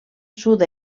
sud